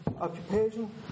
occupation